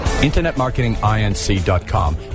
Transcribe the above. InternetMarketingInc.com